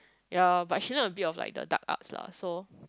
ya but she learn a bit of like the dark arts lah so